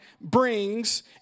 brings